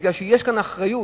כי יש פה אחריות.